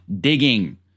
digging